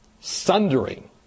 Sundering